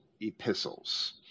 epistles